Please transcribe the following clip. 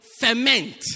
ferment